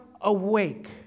awake